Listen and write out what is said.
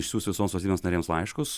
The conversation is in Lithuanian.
išsiųs visoms valstybėms narėms laiškus